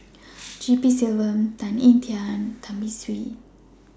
G P Selvam Tan Ean Kiam and Tan Beng Swee